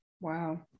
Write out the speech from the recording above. Wow